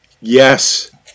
Yes